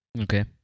Okay